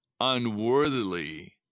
unworthily